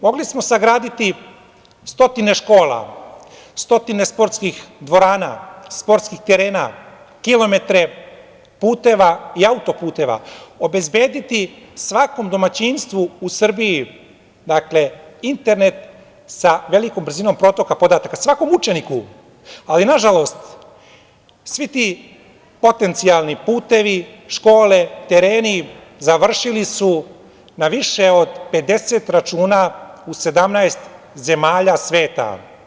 Mogli smo sagraditi stotine škola, stotine školskih dvorana, sportskih terena, kilometre puteva i auto-puteva, obezbediti svakom domaćinstvu u Srbiji internet sa velikom brzinom protoka podataka, svakom učeniku, ali nažalost svi ti potencijalni putevi, škole, tereni završili su na više od 50 računa u 17 zemalja sveta.